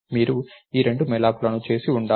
మీరు ఈ రెండు mallocలను చేసి ఉండాలి